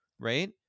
right